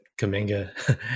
Kaminga